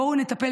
בואו נטפל,